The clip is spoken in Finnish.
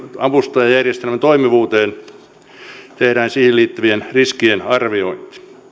avustajajärjestelmän toimivuuteen tehdään siihen liittyvien riskien arviointi